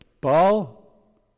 Paul